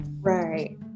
right